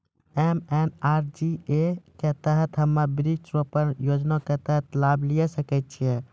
MNREGA के तहत हम्मय वृक्ष रोपण योजना के तहत लाभ लिये सकय छियै?